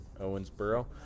Owensboro